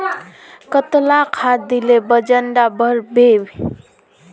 कतला खाद देले वजन डा बढ़बे बे?